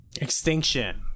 Extinction